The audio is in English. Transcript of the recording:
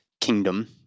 kingdom